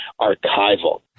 archival